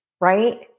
right